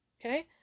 Okay